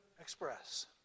express